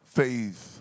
faith